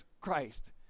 Christ